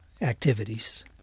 activities